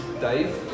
Dave